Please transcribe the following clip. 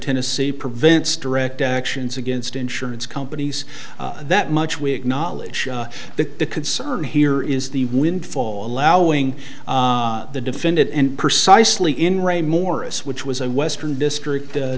tennessee prevents direct actions against insurance companies that much we acknowledge the concern here is the windfall allowing the defendant and persistently in re morris which was a western district